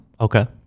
Okay